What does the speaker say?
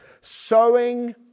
sowing